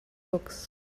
books